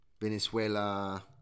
Venezuela